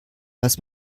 was